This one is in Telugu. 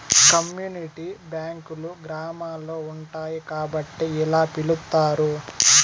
కమ్యూనిటీ బ్యాంకులు గ్రామాల్లో ఉంటాయి కాబట్టి ఇలా పిలుత్తారు